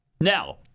Now